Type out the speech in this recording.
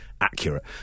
accurate